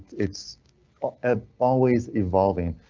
it's ah always evolving.